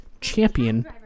champion